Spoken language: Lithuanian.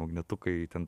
magnetukai ten